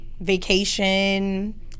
vacation